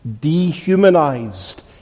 dehumanized